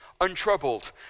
untroubled